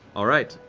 all right,